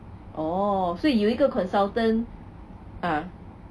orh 所以有一个 consultant uh